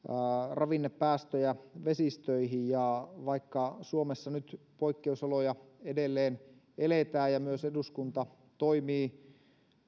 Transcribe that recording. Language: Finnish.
ravinnepäästöjä vesistöihin ja vaikka suomessa nyt poikkeusoloja edelleen eletään ja myös eduskunta toimii